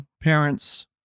Parents